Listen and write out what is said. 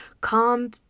calm